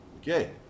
okay